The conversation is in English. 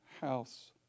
house